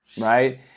right